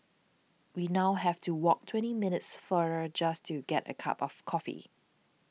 we now have to walk twenty minutes farther just to get a cup of coffee